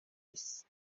isi